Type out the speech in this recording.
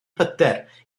hyder